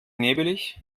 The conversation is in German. nebelig